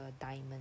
diamond